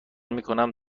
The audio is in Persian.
میکنم